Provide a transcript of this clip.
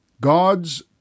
God's